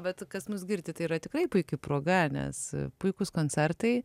bet kas mus girdi tai yra tikrai puiki proga nes puikūs koncertai